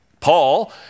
Paul